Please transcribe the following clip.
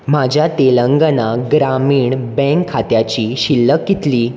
म्हाज्या तेलंगना ग्रामीण बँक खात्याची शिल्लक कितलीं